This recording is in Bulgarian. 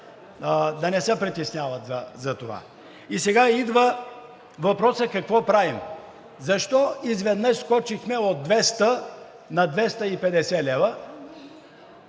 Да не се притесняват за това. И сега идва въпросът: какво правим? Защо изведнъж скочихме от 200 на 250 лв.?